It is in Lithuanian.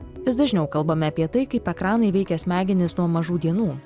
vis dažniau kalbame apie tai kaip ekranai veikia smegenis nuo mažų dienų